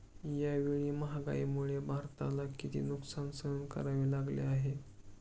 यावेळी महागाईमुळे भारताला किती नुकसान सहन करावे लागले आहे?